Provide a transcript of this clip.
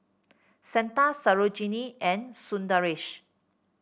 Santha Sarojini and Sundaresh